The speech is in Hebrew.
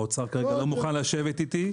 האוצר כרגע לא מוכן לשבת איתי.